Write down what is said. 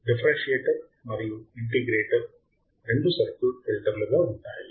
differentiator మరియు integrator రెండు సర్క్యూట్లు ఫిల్టర్లుగా ఉంటాయి